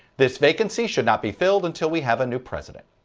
this vacancy should not be filled until we have a new president.